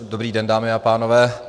Dobrý den, dámy a pánové.